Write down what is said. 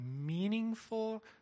meaningful